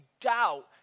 doubt